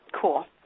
cool